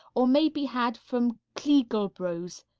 or may be had from kliegl bros,